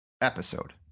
episode